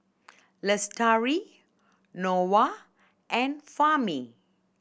Lestari Noah and Fahmi